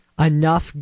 enough